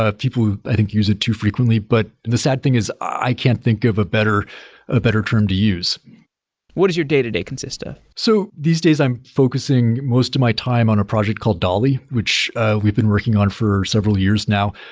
people who i think use it too frequently. but the sad thing is i can't think of a better a better term to use what does your day-to-day consist of? so these days, i'm focusing most of my time on a project called dali, which we've been working on for several years now.